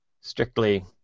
strictly